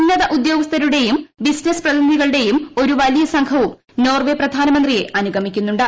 ഉന്നത ഉദ്യോഗസ്ഥരുടെയും ബിസിനസ്സ് പ്രതിനിധികളുടെയും ഒരു വലിയ സംഘവും നോർവെ പ്രധാനമന്ത്രിയെ അനുഗമിക്കുന്നുണ്ട്